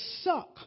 suck